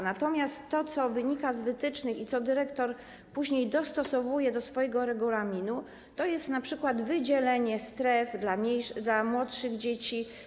Natomiast to, co wynika z wytycznych i co dyrektor później dostosowuje do swojego regulaminu, to jest np. wydzielenie stref dla młodszych dzieci.